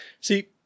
See